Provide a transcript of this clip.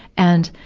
and,